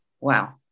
Wow